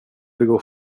begå